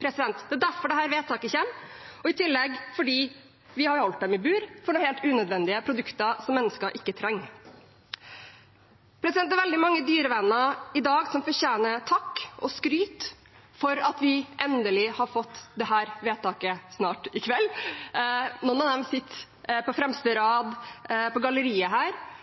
Det er derfor dette vedtaket kommer, og i tillegg fordi vi har holdt dem i bur for noen helt unødvendige produkter som menneskene ikke trenger. Det er veldig mange dyrevenner som i dag fortjener takk og skryt for at vi i kveld endelig får dette vedtaket. Noen av dem sitter på fremste rad på galleriet her.